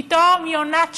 פתאום יונת שלום,